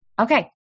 Okay